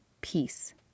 peace